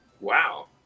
Wow